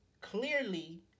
Clearly